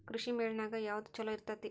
ಕೃಷಿಮೇಳ ನ್ಯಾಗ ಯಾವ್ದ ಛಲೋ ಇರ್ತೆತಿ?